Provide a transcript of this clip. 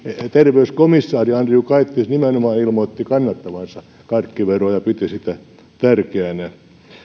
terveyskomissaari andriukaitis nimenomaan ilmoitti kannattavansa karkkiveroa ja piti sitä tärkeänä